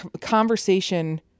conversation